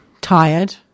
tired